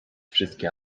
wszystkie